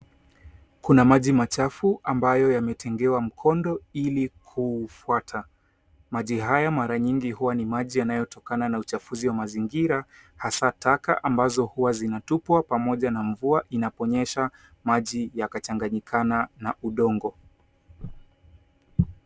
Kuna maji machafu ambayo yametengewa mkondo ili kuufwata. Maji haya mara nyingi huwa ni maji yanayotokana na uchafuzi wa mazingira hasaa taka ambazo huwa zinatupwa pamoja na mvua inaponyesha maji yakachanganyikana na udongo.